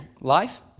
life